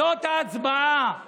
זאת ההצבעה.